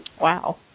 Wow